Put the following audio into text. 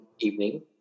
evening